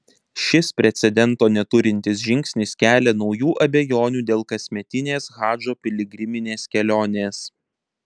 šis precedento neturintis žingsnis kelia naujų abejonių dėl kasmetinės hadžo piligriminės kelionės